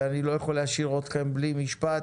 ואני לא יכול להשאיר אתכם בלי משפט.